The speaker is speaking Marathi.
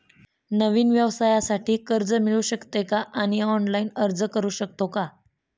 नवीन व्यवसायासाठी कर्ज मिळू शकते का आणि ऑनलाइन अर्ज करू शकतो का?